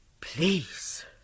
please